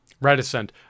reticent